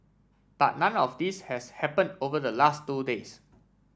but none of this has happened over the last two days